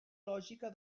lògica